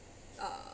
uh